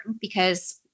because-